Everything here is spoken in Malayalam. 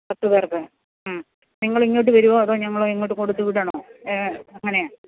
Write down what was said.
പത്തുപേർക്ക് മ്മ് നിങ്ങളിങ്ങോട്ട് വരുവോ അതോ ഞങ്ങളങ്ങോട്ട് കൊടുത്തുവിടണോ എ എങ്ങനെയാണ്